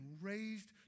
raised